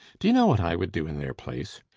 do you know what i would do in their place?